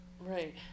Right